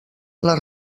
les